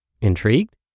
Intrigued